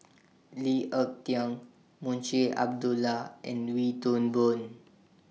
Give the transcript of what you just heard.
Lee Ek Tieng Munshi Abdullah and Wee Toon Boon